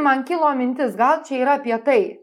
man kilo mintis gal čia yra apie tai